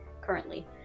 currently